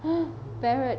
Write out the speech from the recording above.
!huh! parrot